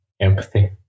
Empathy